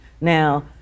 Now